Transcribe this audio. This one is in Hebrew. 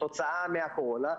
כתוצאה מהקורונה,